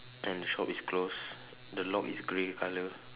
and the shop is closed the lock is grey in colour